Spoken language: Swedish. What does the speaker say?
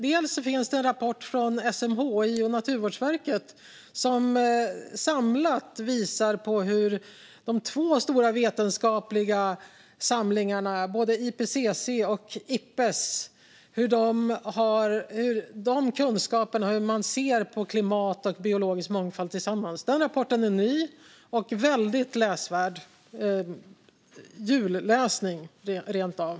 Det finns en rapport från SMHI och Naturvårdsverket som samlat visar på hur de två stora vetenskapliga samlingarna, både IPCC och Ipbes, tillsammans ser på kunskapen om klimat och biologisk mångfald. Den rapporten är ny och väldigt läsvärd - julläsning, rentav.